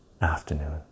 afternoon